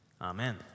Amen